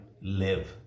live